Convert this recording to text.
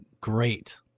great